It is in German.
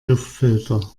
luftfilter